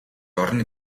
орны